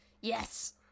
Yes